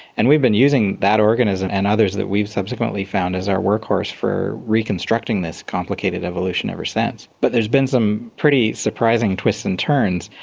and we've been using that organism and others that we've subsequently found as our work horse for reconstructing this complicated evolution ever since. but there has been some pretty surprising twists and turns,